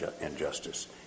injustice